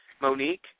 Monique